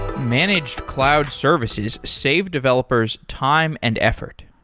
managed cloud services save developers time and effort.